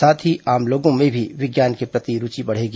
साथ ही आम लोगों में भी विज्ञान के प्र ति रूचि बढ़ेगी